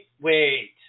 Wait